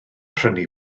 prynu